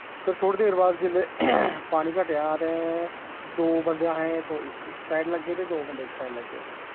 फिर थोह्ड़ी देर बाद जिसलै पानी घटेआ ते दो बंदे अस इक साइड लग्गे ते दो बंदे इक साइड लग्गे